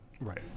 Right